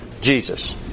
Jesus